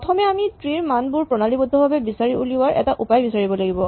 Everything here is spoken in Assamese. প্ৰথমে আমি ট্ৰী ৰ মানবোৰ প্ৰণালীবদ্ধভাৱে বিচাৰি উলিওৱাৰ এটা উপায় বিচাৰিব লাগিব